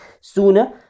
Sooner